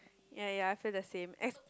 ya ya I feel the same